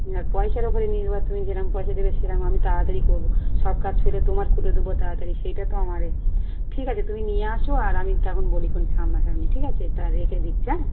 না পয়সার ওপরে নির্ভর তুমি যেরম পয়সা দেবে সেরকম আমি তাড়াতাড়ি করবো সব কাজ ফেলে তোমার করে দেবো তাড়াতাড়ি সেইটা তো আমার এ ঠিক আছে তুমি নিয়ে আসো আর আমি তখন বলি খোন সামনা সামনি ঠিক আছে তা রেখে দিচ্ছি হ্যাঁ